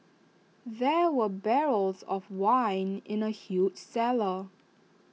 there were barrels of wine in the huge cellar